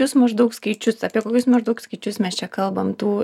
jūs maždaug skaičius apie kokius maždaug skaičius mes čia kalbam tų